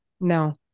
No